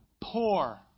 poor